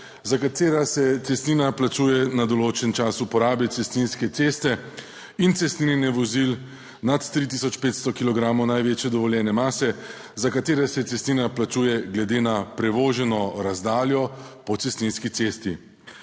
za katera se cestnina plačuje na določen čas uporabe cestninske ceste in cestninjenje vozil nad 3500 kilogramov največje dovoljene mase, za katera se cestnina plačuje glede na prevoženo razdaljo po cestninski cesti.